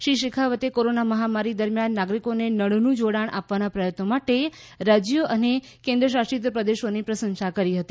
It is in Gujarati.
શ્રી શેખાવતે કોરોના મહામારી દરમ્યાન નાગરીકોને નળનું જોડાણ આપવાના પ્રયત્નો માટે રાજયો અને કેન્ શાસિત પ્રદેશોની પ્રશંસા કરી હતી